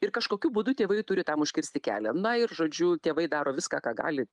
ir kažkokiu būdu tėvai turi tam užkirsti kelią na ir žodžiu tėvai daro viską ką gali